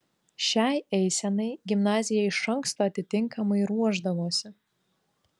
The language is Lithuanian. šiai eisenai gimnazija iš anksto atitinkamai ruošdavosi